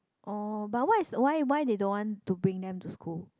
oh but what's the why why they don't want to bring them to school